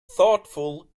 thoughtful